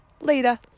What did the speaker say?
Later